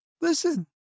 Listen